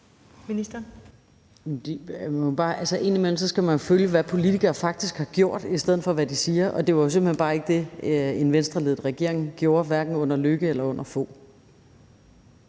Indimellem skal man jo følge, hvad politikere faktisk har gjort, i stedet for hvad de siger. Og det var simpelt hen bare ikke det, en Venstreledet regering gjorde, hverken under Lars Løkke